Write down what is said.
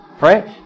right